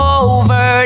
over